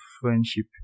friendship